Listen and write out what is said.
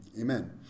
amen